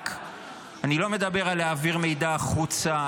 אני לא מדבר על העברת מידע החוצה,